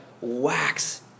wax